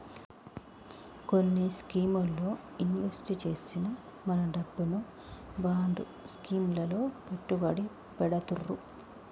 కొన్ని స్కీముల్లో ఇన్వెస్ట్ చేసిన మన డబ్బును బాండ్ స్కీం లలో పెట్టుబడి పెడతుర్రు